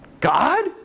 God